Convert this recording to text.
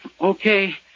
okay